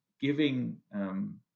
giving